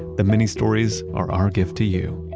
the mini-stories are our gift to you.